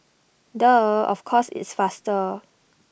duh of course it's faster